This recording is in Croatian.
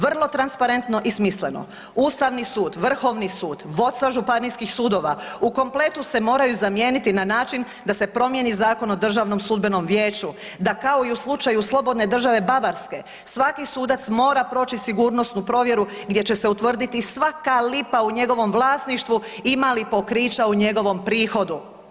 Vrlo transparentno i smisleno Ustavni sud, Vrhovni sud, vodstva županijskih sudova u kompletu se moraju zamijeniti na način da se promijeni Zakon o Državnom sudbenom vijeću, da kao i u slučaju slobodne države Bavarske svaki sudac mora proći sigurnosnu provjeru gdje će se utvrditi svaka lipa u njegovom vlasništvu ima li pokrića u njegovom prihodu.